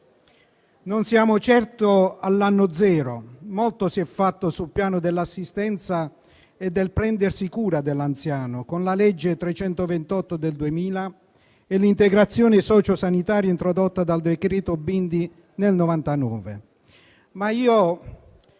Non siamo certo all'anno zero; molto si è fatto sul piano dell'assistenza e del prendersi cura dell'anziano, con la legge n. 328 del 2000 e l'integrazione socio sanitaria introdotta dal decreto Bindi nel 1999. Ma io